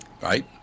Right